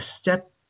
step